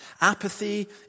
apathy